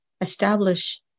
establish